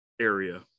area